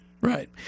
Right